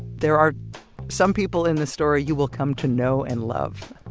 there are some people in this story you will come to know and love.